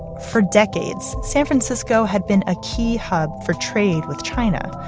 for decades, san francisco had been a key hub for trade with china.